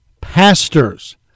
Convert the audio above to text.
pastors